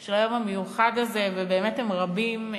של היום המיוחד הזה, ובאמת הם רבים.